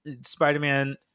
Spider-Man